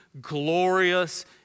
glorious